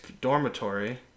dormitory